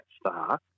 star